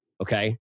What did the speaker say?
okay